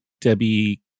Debbie